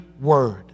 word